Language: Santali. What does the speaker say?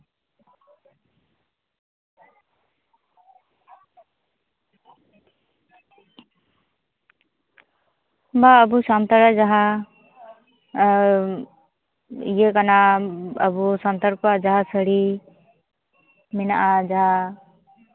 ᱵᱟ ᱟᱵᱚ ᱥᱟᱱᱛᱟᱲᱟᱜ ᱡᱟᱦᱟᱸ ᱤᱭᱟᱹ ᱠᱟᱱᱟ ᱟᱵᱚ ᱥᱟᱱᱛᱟᱲ ᱠᱚᱣᱟᱜ ᱡᱟᱦᱟᱸ ᱥᱟᱹᱲᱤ ᱢᱮᱱᱟᱜᱼᱟ ᱡᱟᱦᱟᱸ